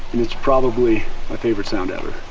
it's probably my favorite sound ever.